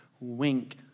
Wink